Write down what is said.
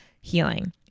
healing